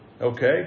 okay